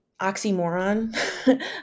oxymoron